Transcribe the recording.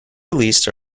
released